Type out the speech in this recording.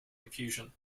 confusion